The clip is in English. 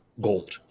gold